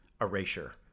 erasure